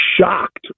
shocked